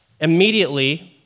Immediately